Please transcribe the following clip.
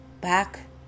back